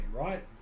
right